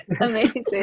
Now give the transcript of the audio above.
Amazing